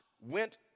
Went